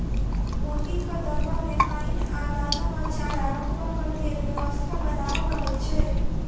मुर्गीक दरबा मे पाइन आ दाना वा चारा रखबाक लेल व्यवस्था बनाओल रहैत छै